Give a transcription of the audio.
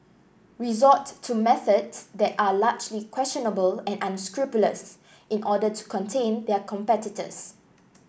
resort to methods that are largely questionable and unscrupulous in order to contain their competitors